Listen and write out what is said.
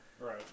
Right